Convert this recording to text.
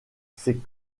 ces